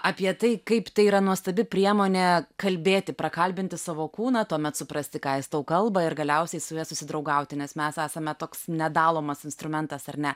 apie tai kaip tai yra nuostabi priemonė kalbėti prakalbinti savo kūną tuomet suprasti ką jis tau kalba ir galiausiai su juo susidraugauti nes mes esame toks nedalomas instrumentas ar ne